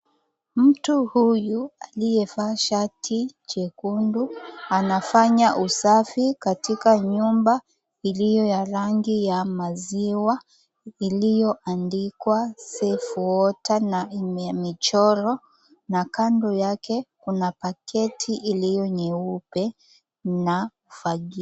Mtu huyu aliyevaa shati jekundu, anafanya usafi katika nyumba iliyo ya rangi ya maziwa iliyoandikwa, Safe Water, na yenye michoro. Na kando yake kuna paketi iliyo nyeupe na fagio.